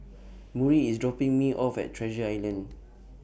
Murry IS dropping Me off At Treasure Island